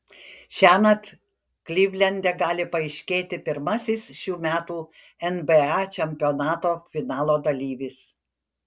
šiąnakt klivlende gali paaiškėti pirmasis šių metų nba čempionato finalo dalyvis